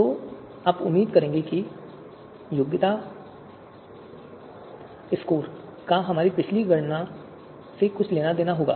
तो आप उम्मीद करेंगे कि योग्यता स्कोर का हमारी पिछली गणना से कुछ लेना देना होगा